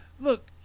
Look